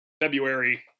February